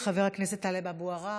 חבר הכנסת טלב אבו-עראר,